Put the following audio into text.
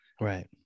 right